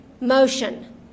motion